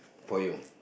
for you